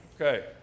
Okay